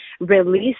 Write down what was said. release